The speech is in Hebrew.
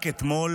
רק אתמול